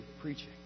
preaching